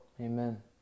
Amen